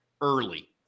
early